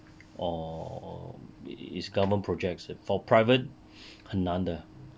or or is government projects for private 很难的